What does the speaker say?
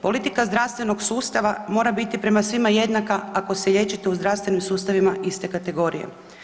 Politika zdravstvenog sustava mora biti prema svima jednaka ako se liječite u zdravstvenim sustavima iste kategorije.